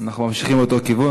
הממשלה ממשיכה להיענות,